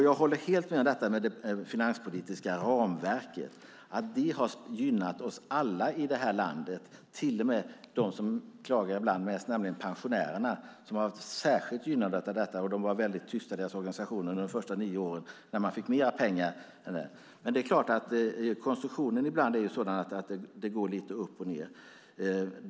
Jag håller helt med om att det finanspolitiska ramverket har gynnat oss alla i det här landet, till och med dem som klagar mest, nämligen pensionärerna, som har varit särskilt gynnade av detta. Deras organisationer var väldigt tysta under de första nio åren, när man fick mer pengar. Men det är klart att konstruktionen ibland är sådan att det går lite upp och ned.